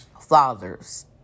fathers